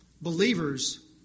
believers